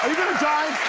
going to die,